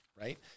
right